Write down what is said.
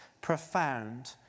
profound